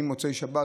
ממוצאי שבת,